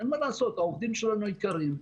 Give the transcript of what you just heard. אין מה לעשות העובדים שלנו יקרים,